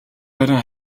харин